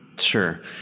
Sure